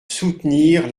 soutenir